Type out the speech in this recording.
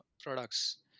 products